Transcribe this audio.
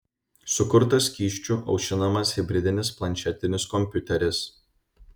sukurtas skysčiu aušinamas hibridinis planšetinis kompiuteris